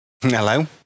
Hello